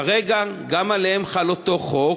כרגע גם עליהם חל אותו חוק,